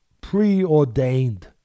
preordained